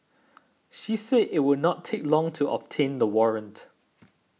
she said it would not take long to obtain the warrant